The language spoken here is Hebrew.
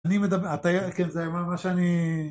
אני מדבר.. אתה.. כן זה ממש אני..